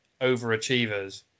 overachievers